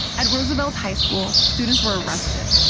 at roosevelt high school, students were arrested.